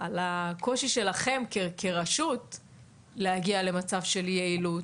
על הקושי שלכם כרשות להגיע למצב של יעילות,